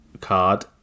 card